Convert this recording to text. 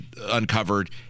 uncovered